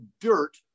dirt